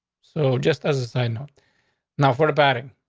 so just as a side note now, what about it?